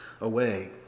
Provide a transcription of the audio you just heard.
away